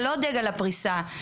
זה לא דגל הפריסה.